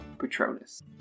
Patronus